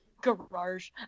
garage